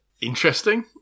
Interesting